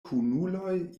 kunuloj